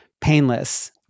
painless